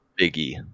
Biggie